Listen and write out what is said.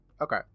Okay